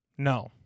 No